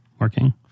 working